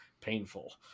painful